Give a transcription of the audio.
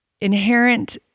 inherent